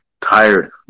Tired